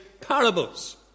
parables